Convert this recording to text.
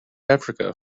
africa